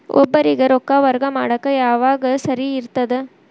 ಒಬ್ಬರಿಗ ರೊಕ್ಕ ವರ್ಗಾ ಮಾಡಾಕ್ ಯಾವಾಗ ಸರಿ ಇರ್ತದ್?